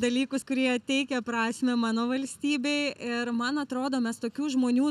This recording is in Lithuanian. dalykus kurie teikia prasmę mano valstybei ir man atrodo mes tokių žmonių